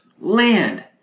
land